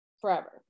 forever